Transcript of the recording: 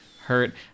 hurt